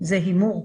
זה הימור.